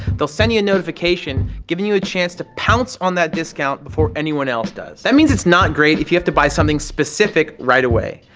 they'll send you a notification giving you a chance to pounce on that discount before anyone else does. that means it's not great if you have to buy something specific right away.